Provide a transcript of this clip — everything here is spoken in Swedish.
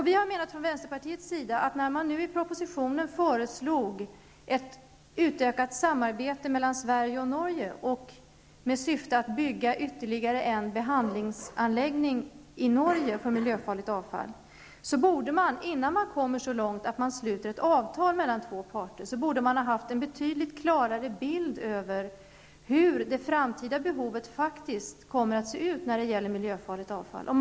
Vi i vänsterpartiet menar att när man nu i propositionen föreslår ett utökat samarbete mellan Sverige och Norge med syfte att bygga ytterligare en behandlingsanläggning i Norge för miljöfarligt avfall, borde man -- innan man kommit så långt som till ett avtal mellan två parter -- ha haft en betydligt klarare bild över hur det framtida behovet när det gäller miljöfarligt avfall faktiskt kommer att se ut.